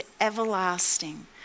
everlasting